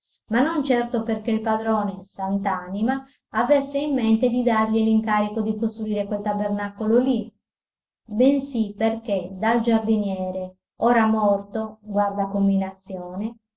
ma non certo perché il padrone sant'anima avesse in mente di dargli l'incarico di costruire quel tabernacolo lì bensì perché dal giardiniere ora morto